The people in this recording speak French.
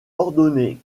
ordonné